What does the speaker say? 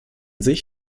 sich